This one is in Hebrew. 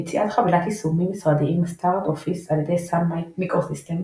יציאת חבילת יישומים משרדיים סטאר אופיס על ידי סאן מיקרוסיסטמס